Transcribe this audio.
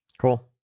Cool